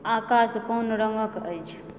आकाश कोन रङ्गक अछि